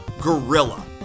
gorilla